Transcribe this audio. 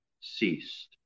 ceased